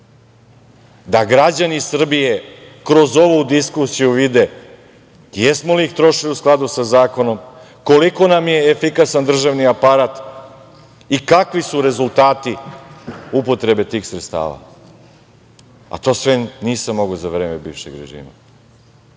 da građani Srbije kroz ovu diskusiju vide jesmo li ih trošili u skladu sa zakonom, koliko nam je efikasan državni aparat i kakvi su rezultati upotrebe tih sredstava, a to sve nisam mogao za vreme bivšeg režima.